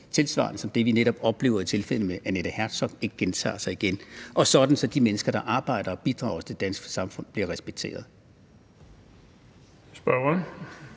tilsvarende som det, vi netop oplever i tilfældet med Annette Herzog, ikke gentager sig, og sådan at de mennesker, der arbejder og bidrager til det danske samfund, bliver respekteret. Kl.